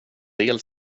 del